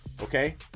Okay